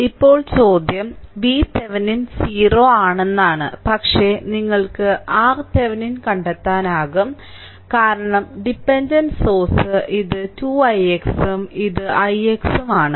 ഇപ്പോൾ ചോദ്യം VThevenin 0 ആണെന്നാണ് പക്ഷേ നിങ്ങൾക്ക് RThevenin കണ്ടെത്താനാകും കാരണം ഡിപെൻഡന്റ് സോഴ്സ് ഇത് 2 ix ഉം ഇത് ix ഉം ആണ്